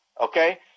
Okay